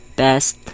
best